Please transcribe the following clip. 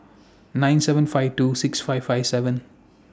nine seven five two six five five seven